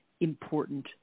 important